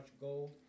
gold